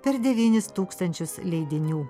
per devynis tūkstančius leidinių